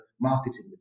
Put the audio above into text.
marketing